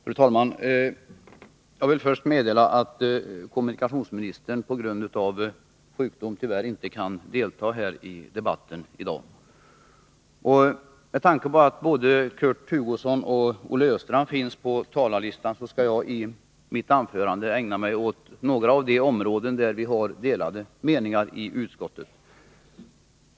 Fru talman! Jag vill först meddela att kommunikationsministern på grund avsjukdom tyvärr inte kan delta i debatten i dag. Med tanke på att både Kurt Hugosson och Olle Östrand är antecknade på talarlistan skall jag i mitt anförande ägna mig åt några områden där vi har olika meningar i utskottet.